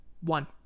One